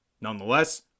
Nonetheless